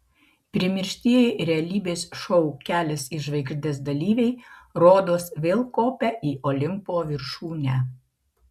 primirštieji realybės šou kelias į žvaigždes dalyviai rodos vėl kopia į olimpo viršūnę